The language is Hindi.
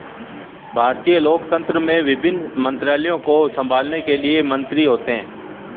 भारतीय लोकतंत्र में विभिन्न मंत्रालयों को संभालने के लिए मंत्री होते हैं